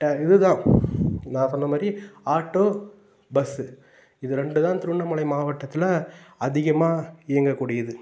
ட இதுதான் நான் சொன்னமாதிரி ஆட்டோ பஸ்ஸு இது ரெண்டுதான் திருவண்ணாமலை மாவட்டத்தில் அதிகமாக இயங்கக்கூடியது